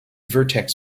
vertex